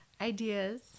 ideas